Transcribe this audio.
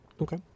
Okay